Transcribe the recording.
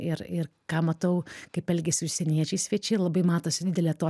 ir ir ką matau kaip elgiasi užsieniečiai svečiai labai matosi didelė to